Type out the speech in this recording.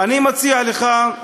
אני מציע לך: